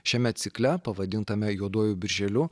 šiame cikle pavadintame juoduoju birželiu